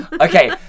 Okay